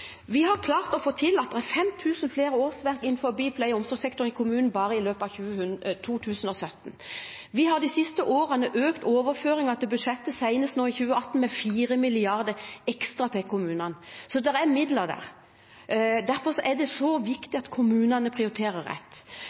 Vi har klart å få 5 000 flere årsverk innen pleie- og omsorgssektoren bare i løpet av 2017. Vi har de siste årene økt overføringene i budsjettet, senest nå i 2018, med 4 mrd. kr ekstra til kommunene. Så det er midler der. Derfor er det så viktig at kommunene prioriterer rett.